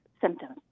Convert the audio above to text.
symptoms